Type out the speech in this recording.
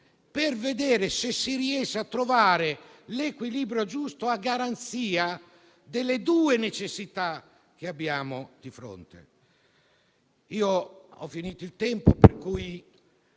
per vedere se si riesce a trovare l'equilibrio giusto a garanzia delle due necessità che abbiamo di fronte. Ho finito il tempo, per cui